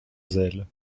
zèle